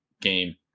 game